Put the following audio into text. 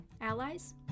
Allies